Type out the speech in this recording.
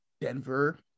Denver